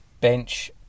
bench